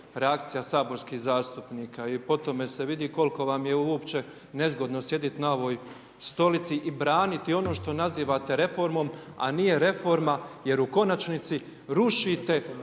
reakcija saborskih zastupnika i po tome se vidi koliko vam je uopće nezgodno sjedit na ovoj stolici i braniti ono što nazivate reformom, a nije reforma jer u konačnici rušite